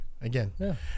again